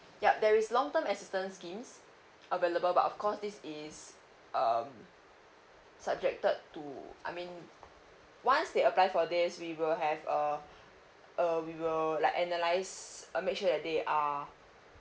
yup there is long term assistance scheme available but of course this is um subjected to I mean once they apply for this we will have uh uh we will like analyze uh make sure that they are